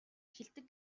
эхэлдэг